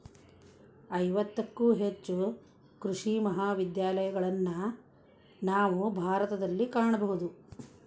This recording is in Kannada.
ಐವತ್ತಕ್ಕೂ ಹೆಚ್ಚು ಕೃಷಿ ಮಹಾವಿದ್ಯಾಲಯಗಳನ್ನಾ ನಾವು ಭಾರತದಲ್ಲಿ ಕಾಣಬಹುದು